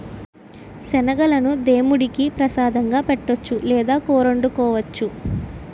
శనగలను దేముడికి ప్రసాదంగా పెట్టొచ్చు లేదా కూరొండుకోవచ్చు